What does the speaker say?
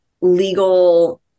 legal